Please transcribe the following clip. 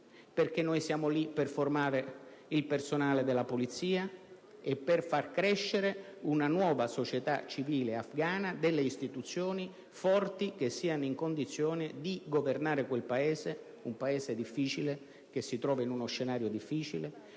infatti, siamo lì per formare il personale della polizia, per far crescere una nuova società civile afgana, con istituzioni forti che siano in condizione di governare quel Paese, un Paese difficile, in uno scenario difficile,